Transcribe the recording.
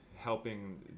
helping